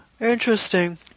interesting